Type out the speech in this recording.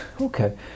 Okay